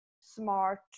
smart